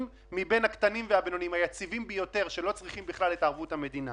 ביותר מבין הקטנים והבינוניים שלא צריכים בכלל את ערבות המדינה.